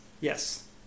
Yes